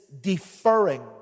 deferring